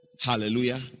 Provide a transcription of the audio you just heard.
Hallelujah